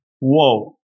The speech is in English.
whoa